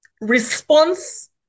response